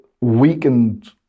weakened